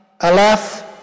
Aleph